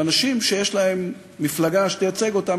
ואנשים שיש להם מפלגה שתייצג אותם,